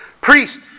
Priest